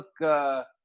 look –